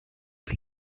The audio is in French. plus